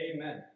Amen